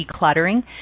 decluttering